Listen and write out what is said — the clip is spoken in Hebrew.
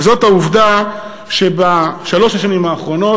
וזאת העובדה שבשלוש השנים האחרונות,